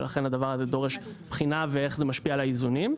ולכן הדבר הזה דורש בחינה ואיך זה משפיע על האיזונים.